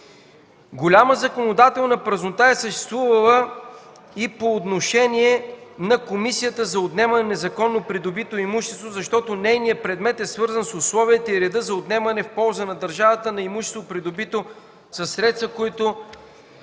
Голяма законодателна празнота е съществувала и по отношение на Комисията за отнемане на незаконно придобито имущество, защото нейният предмет е свързан с условията и реда за отнемане в полза на държавата на имущество, придобито със средства, за които